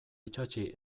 itsatsi